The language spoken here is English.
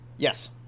Yes